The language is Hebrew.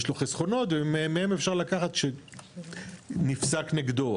יש לו חסכונות ומהם אפשר לקחת שנפסק נגדו,